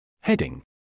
Heading